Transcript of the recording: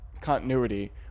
continuity